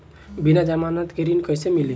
बिना जमानत के ऋण कैसे मिली?